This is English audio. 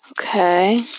okay